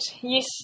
yes